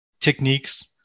techniques